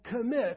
commit